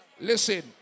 listen